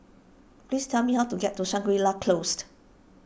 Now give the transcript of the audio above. please tell me how to get to Shangri La Closed